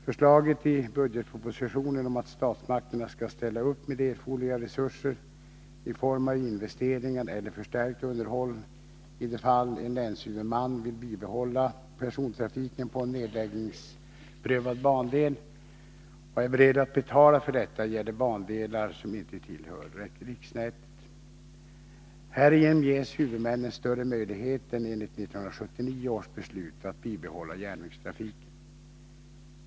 Förslaget i budgetpropositionen om att statsmakterna skall ställa upp med erforderliga resurser i form av investeringar eller förstärkt underhåll i de fall en länshuvudman vill bibehålla persontrafiken på en nedläggningsprövad bandel och är beredd att betala för detta gäller bandelar som inte tillhör riksnätet. Härigenom ges huvudmännen större möjlighet än enligt 1979 års Nr 134 beslut att bibehålla järnvägstrafiken.